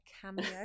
cameo